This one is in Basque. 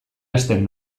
hasten